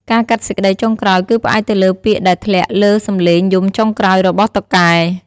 ការកាត់សេចក្តីចុងក្រោយគឺផ្អែកទៅលើពាក្យដែលធ្លាក់លើសំឡេងយំចុងក្រោយរបស់តុកែ។